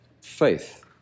faith